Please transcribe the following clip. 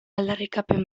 aldarrikapen